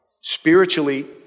Spiritually